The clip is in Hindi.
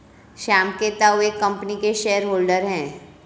श्याम के ताऊ एक कम्पनी के शेयर होल्डर हैं